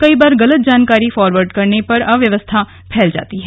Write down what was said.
कई बार गलत जानकारी फॉरवर्ड करने पर अव्यवस्था फैल जाती है